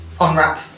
unwrap